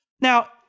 Now